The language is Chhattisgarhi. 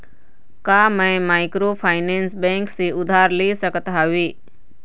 का मैं माइक्रोफाइनेंस बैंक से उधार ले सकत हावे?